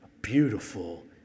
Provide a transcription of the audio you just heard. beautiful